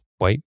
wait